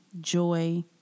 joy